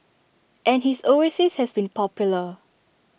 and his oasis has been popular